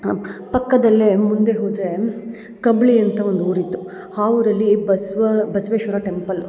ಪಕ್ಕದಲ್ಲೇ ಮುಂದೆ ಹೋದ್ರೆ ಕಂಬಳಿ ಅಂತ ಒಂದು ಊರಿತ್ತು ಆ ಊರಲ್ಲಿ ಬಸವ ಬಸವೇಶ್ವರ ಟೆಂಪಲ್ಲು